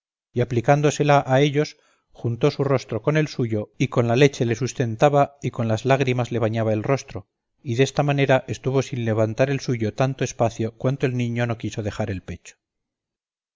y aplicándosela a ellos juntó su rostro con el suyo y con la leche le sustentaba y con las lágrimas le bañaba el rostro y desta manera estuvo sin levantar el suyo tanto espacio cuanto el niño no quiso dejar el pecho